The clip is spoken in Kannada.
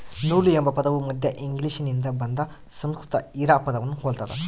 ನೂಲು ಎಂಬ ಪದವು ಮಧ್ಯ ಇಂಗ್ಲಿಷ್ನಿಂದ ಬಂದಾದ ಸಂಸ್ಕೃತ ಹಿರಾ ಪದವನ್ನು ಹೊಲ್ತದ